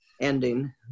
ending